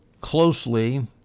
closely